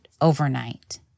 overnight